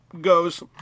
goes